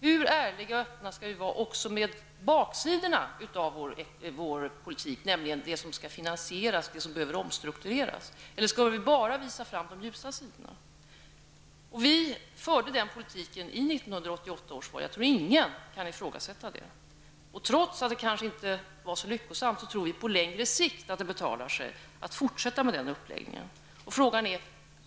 Hur ärliga och öppna skall vi vara också med baksidorna av vår politik, nämligen det som skall finansieras och det som behöver omstruktureras? Eller skall vi bara visa fram de ljusa sidorna? Vi förde den politiken i 1988 års val; jag tror att ingen kan ifrågasätta det. Trots att det kanske inte var så lyckosamt, så tror vi att det på längre sikt betalar sig att fortsätta med den uppläggningen.